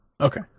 Okay